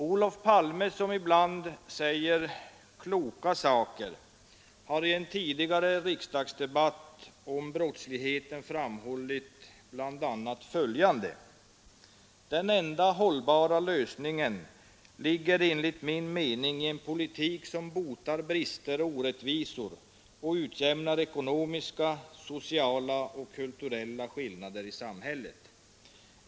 Olof Palme, som ibland säger kloka saker, har i en tidigare riksdagsdebatt om brottsligheten framhållit bl.a. följande: ”Den enda hållbara lösningen ligger enligt min mening i en politik som botar brister och orättvisor och utjämnar ekonomiska, sociala och kulturella skillnader i samhället.